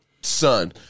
son